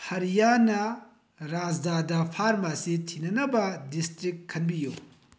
ꯍꯔꯤꯌꯥꯅꯥ ꯔꯥꯖ꯭ꯌꯥꯗ ꯐꯥꯔꯄꯥꯁꯤ ꯊꯤꯅꯅꯕ ꯗꯤꯁꯇ꯭ꯔꯤꯛ ꯈꯟꯕꯤꯌꯨ